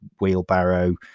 wheelbarrow